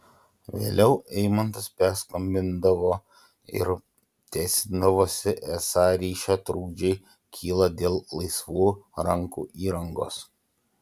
vėliau eimantas perskambindavo ir teisindavosi esą ryšio trukdžiai kyla dėl laisvų rankų įrangos